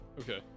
Okay